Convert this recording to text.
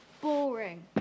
Boring